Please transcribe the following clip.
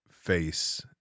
face